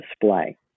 display